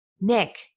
Nick